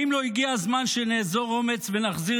האם לא הגיע הזמן שנאזור אומץ ונחזיר